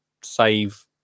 save